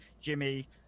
Jimmy